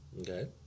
Okay